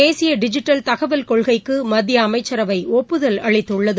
தேசியடிஜிட்டல் தகவல் கொள்கைக்குமத்தியஅமைச்சரவைஒப்புதல் அளித்துள்ளது